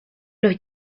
los